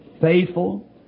faithful